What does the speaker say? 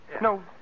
no